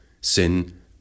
sin